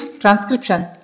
transcription